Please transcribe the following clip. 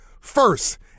first